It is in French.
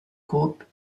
groupe